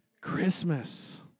Christmas